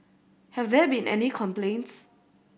have there been any complaints